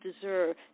deserve